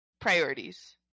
Priorities